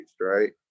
right